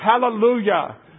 hallelujah